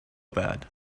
bad